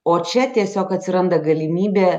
o čia tiesiog atsiranda galimybė